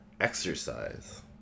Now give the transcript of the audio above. exercise